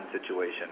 situation